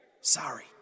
Sorry